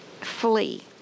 flee